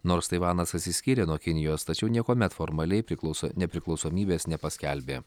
nors taivanas atsiskyrė nuo kinijos tačiau niekuomet formaliai priklauso nepriklausomybės nepaskelbė